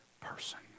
person